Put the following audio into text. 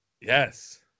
Yes